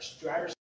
driver's